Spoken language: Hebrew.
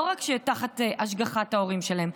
ולא רק תחת ההשגחה של ההורים שלהם,